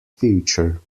future